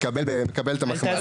מקבל את המחמאה.